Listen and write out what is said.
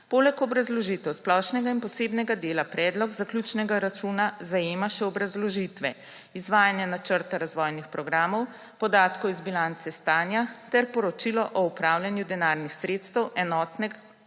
Poleg obrazložitev splošnega in posebnega dela predlog zaključnega računa zajema še obrazložitve izvajanja načrta razvojnih programov, podatkov iz bilance stanja ter poročilo o upravljanju denarnih sredstev enotnega